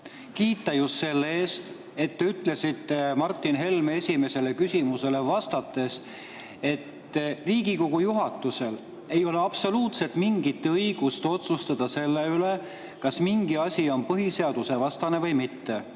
Kiita just selle eest, et te ütlesite Martin Helme esimesele küsimusele vastates, et Riigikogu juhatusel ei ole absoluutselt mingit õigust otsustada selle üle, kas mingi asi on põhiseadusvastane või mitte.